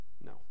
No